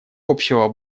общего